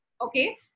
Okay